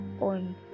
on